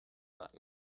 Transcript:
button